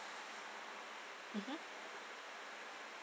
mmhmm